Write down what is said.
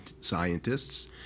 scientists